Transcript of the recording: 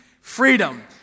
Freedom